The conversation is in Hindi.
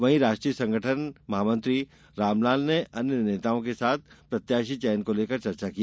वहीं राष्ट्रीय संगठन महामंत्री रामलाल ने अन्य नेताओं के साथ प्रत्याशी चयन को लेकर चर्चा की